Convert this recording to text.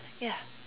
ya